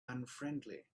unfriendly